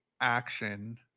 action